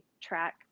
track